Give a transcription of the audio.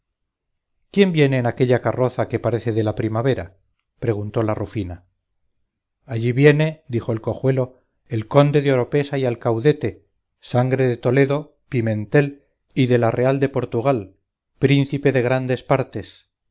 quién viene en aquella carroza que parece de la primavera preguntó la rufina allí viene dijo el cojuelo el conde de oropesa y alcaudete sangre de toledo pimentel y de la real de portugal príncipe de grandes partes